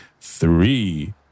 Three